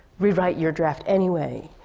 re-write your draft anyway.